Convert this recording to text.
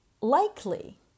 Likely